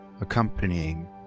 accompanying